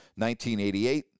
1988